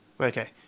okay